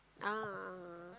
a'ah